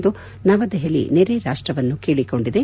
ಎಂದು ನವದೆಹಲಿಯು ನೆರೆಯ ರಾಷ್ಟ್ವನ್ನು ಕೇಳಿಕೊಂಡಿದೆ